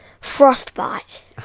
Frostbite